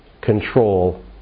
control